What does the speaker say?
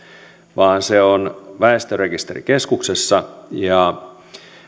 vaan se on väestörekisterikeskuksessa ja